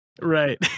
Right